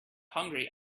hungry